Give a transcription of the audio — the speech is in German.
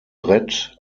brett